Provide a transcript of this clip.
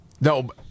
No